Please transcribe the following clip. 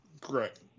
Correct